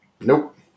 Nope